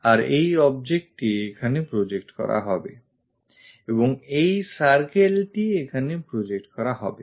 আর এই objectটি এখানে project করা হবে এবং এই circleটি এখানে project করা হবে